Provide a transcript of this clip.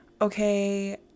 okay